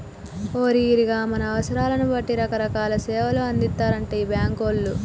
ఓరి ఈరిగా మన అవసరాలను బట్టి రకరకాల సేవలు అందిత్తారటరా ఈ బాంకోళ్లు